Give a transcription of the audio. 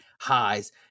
highs